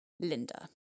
Linda